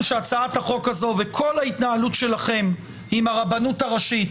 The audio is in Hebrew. שהצעת החוק הזו וכל ההתנהלות שלכם עם הרבנות הראשית